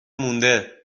مونده